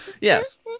Yes